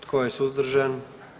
Tko je suzdržan?